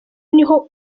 niho